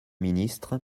ministre